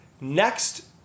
next